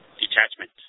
detachment